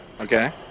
Okay